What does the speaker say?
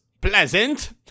pleasant